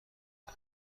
امن